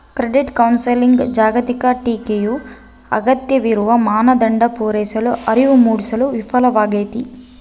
credit ಕೌನ್ಸೆಲಿಂಗ್ನ ಜಾಗತಿಕ ಟೀಕೆಯು ಅಗತ್ಯವಿರುವ ಮಾನದಂಡ ಪೂರೈಸಲು ಅರಿವು ಮೂಡಿಸಲು ವಿಫಲವಾಗೈತಿ